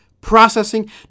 processing